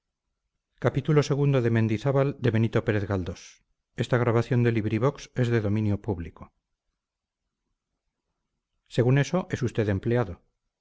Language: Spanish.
según eso es usted empleado